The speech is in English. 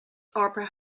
opera